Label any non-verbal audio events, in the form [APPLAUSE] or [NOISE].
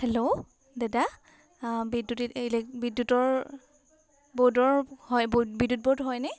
hello দাদা বিদ্যুৎ [UNINTELLIGIBLE] বিদ্যুতৰ ব'ৰ্ডৰ হয় বদ্যুৎ ব'ৰ্ড হয়নে